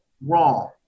wrong